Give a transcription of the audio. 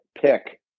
pick